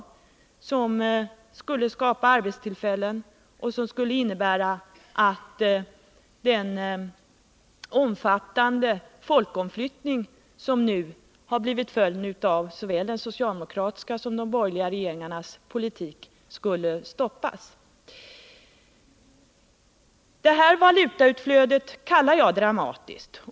Vi vill ha en industri som skulle skapa arbetstillfällen och som skulle innebära ett stopp för den omfattande folkutflyttning som blivit följden av såväl den socialdemokratiska som de borgerliga regeringarnas politik. Det stora valutautflödet kallar jag dramatiskt.